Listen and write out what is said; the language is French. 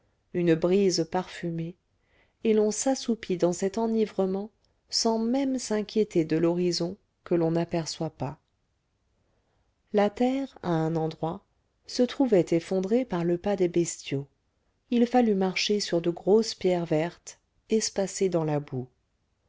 une brise parfumée et l'on s'assoupit dans cet enivrement sans même s'inquiéter de l'horizon que l'on n'aperçoit pas la terre à un endroit se trouvait effondrée par le pas des bestiaux il fallut marcher sur de grosses pierres vertes espacées dans la boue